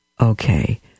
okay